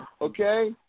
Okay